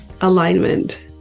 alignment